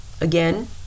again